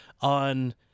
on